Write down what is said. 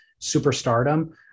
superstardom